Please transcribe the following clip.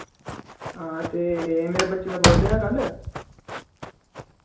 हां ते मेरे बच्चे दा बर्थडे हा कल